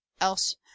Else